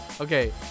Okay